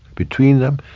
between them,